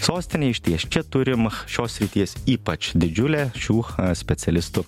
sostinė išties čia turim šios srities ypač didžiulę šių specialistų